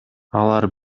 алар